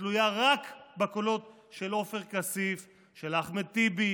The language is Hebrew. ותלויה רק בקולות של עופר כסיף, של אחמד טיבי